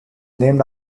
named